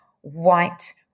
white